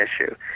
issue